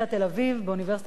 באוניברסיטת בר-אילן,